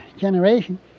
generation